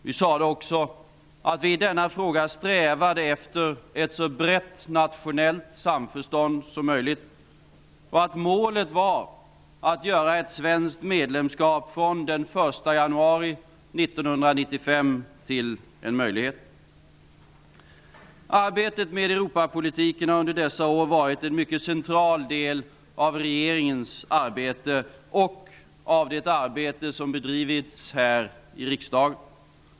Vi sade också att vi i denna fråga strävade efter ett så brett nationellt samförstånd som möjligt och att målet var att göra ett svenskt medlemskap från den 1 januari 1995 till en möjlighet. Arbetet med Europapolitiken har under dessa år varit en mycket central del av regeringens arbete och av det arbete som bedrivits här i riksdagen.